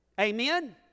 Amen